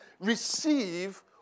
receive